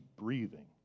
breathing